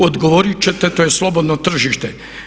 Odgovoriti ćete to je slobodno tržište.